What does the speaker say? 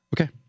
Okay